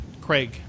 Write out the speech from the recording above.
Craig